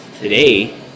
today